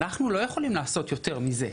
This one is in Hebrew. אנחנו לא יכולים לעשות יותר מזה.